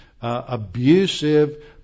abusive